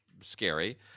scary